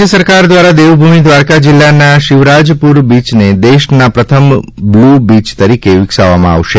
રાજ્ય સરકાર દ્વારા દેવભૂમિ દ્વારકા જિલ્લાના શિવરાજપુર બીચને દેશના પ્રથમ બ્લુ બીચ તરીકે વિકસાવવામાં આવશે